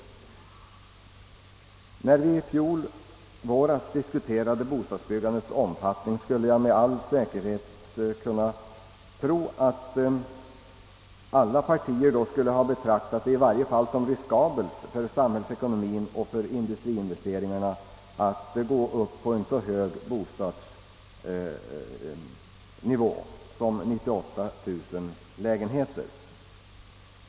Jag är säker på att alla partier, när vi i fjol våras diskuterade bostadsbyggandets omfattning, skulle ha betraktat det som oansvarigt, i varje fall riskabelt för samhällsekonomin och för industriinvesteringarna att gå upp till en så hög nivå för bostadsbyggandet som 98 000 lägenheter.